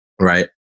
right